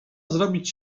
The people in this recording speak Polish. zrobić